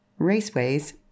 raceways